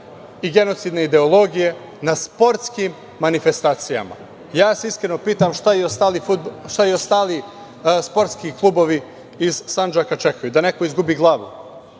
i genocidne ideologije na sportskim manifestacijama. Ja se iskreno pitam šta i ostali sportski klubovi iz Sandžaka čekaju, da neko izgubi glavu.